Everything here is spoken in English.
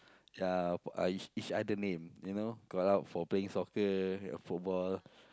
ya uh each each other name you know call out for playing soccer uh football